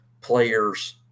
players